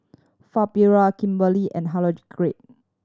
Fabiola Kimberly and Hildegarde